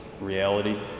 reality